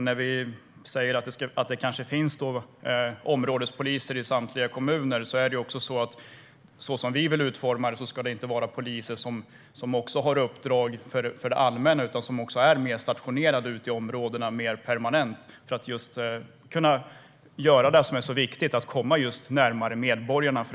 När vi talar om att det kanske finns områdespoliser i samtliga kommuner vill vi också utforma det så att dessa poliser inte ska ha uppdrag för det allmänna, utan de ska vara stationerade ute i områdena mer permanent, just för att kunna göra det som är så viktigt - att komma närmare medborgarna.